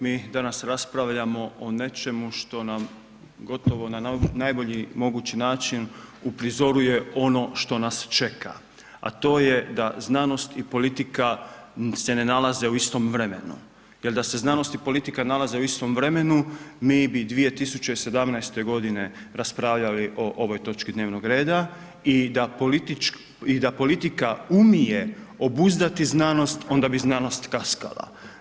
Mi danas raspravljamo o nečemu što nam gotovo na najbolji mogući način uprizoruje ono što nas čeka a to je da znanost i politika se ne nalaze u istom vremenu jer da se znanost i politika nalaze u istom vremenu, mi bi 2017. g. raspravljali o ovoj točki dnevnog reda i da politika umije obuzdati znanosti onda bi znanost kaskala.